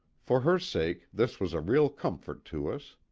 for her sake this was a real comfort to us.